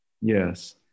Yes